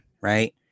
right